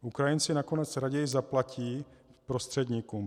Ukrajinci nakonec raději zaplatí prostředníkům.